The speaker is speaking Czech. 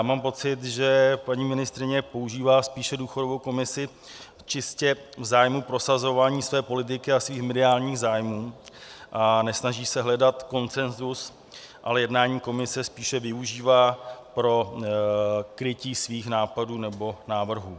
Mám pocit, že paní ministryně používá spíše důchodovou komisi čistě v zájmu prosazování své politiky a svých mediálních zájmů a nesnaží se hledat konsenzus, ale jednání komise spíše využívá pro krytí svých nápadů nebo návrhů.